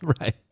Right